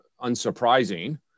unsurprising